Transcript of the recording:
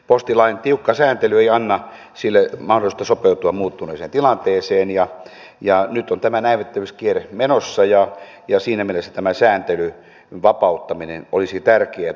postilain tiukka sääntely ei anna sille mahdollisuutta sopeutua muuttuneeseen tilanteeseen ja nyt on tämä näivettymiskierre menossa ja siinä mielessä tämä sääntelyn vapauttaminen olisi tärkeätä